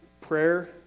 prayer